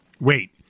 Wait